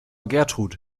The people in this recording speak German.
gertrud